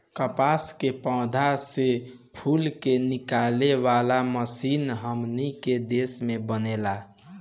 कपास के पौधा से फूल के निकाले वाला मशीनों हमनी के देश में बनेला